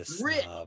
rich